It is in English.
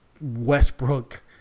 Westbrook